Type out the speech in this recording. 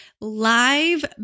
live